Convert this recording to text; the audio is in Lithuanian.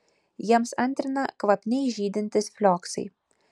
jiems antrina kvapniai žydintys flioksai